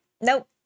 nope